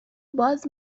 باز